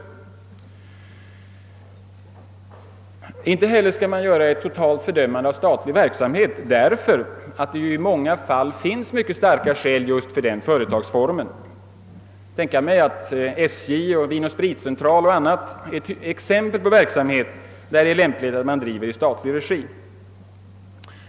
Man skall inte heller göra ett totalt fördömande av all statlig verksamhet därför att det i många fall finns mycket starka skäl just för den företagsformen. SJ och Vin & Spritcentralen och annat är exempel på verksamhet som lämpligen bör drivas i statlig regi.